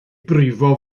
brifo